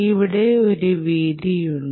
ഇവിടെ ഒരു വീതി ഉണ്ട്